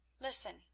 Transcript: Listen